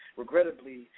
Regrettably